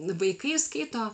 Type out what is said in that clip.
vaikai skaito